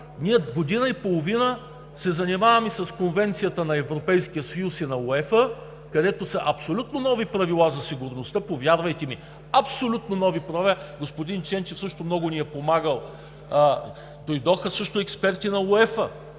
Ние година и половина се занимаваме с Конвенцията на Европейския съюз и на УЕФА, където са абсолютно нови правилата за сигурността. Повярвайте ми, абсолютно нови правила. Господин Ченчев също много ни е помагал, дойдоха също експерти на УЕФА